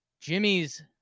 Jimmy's